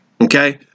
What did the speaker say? Okay